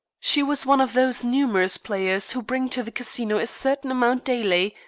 she was one of those numerous players who bring to the casino a certain amount daily,